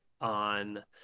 on